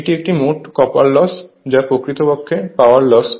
এটি একটি মোট কপার লস যা প্রকৃত পাওয়ার লস